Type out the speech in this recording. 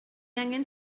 angen